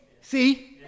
See